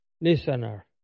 listener